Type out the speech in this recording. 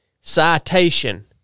citation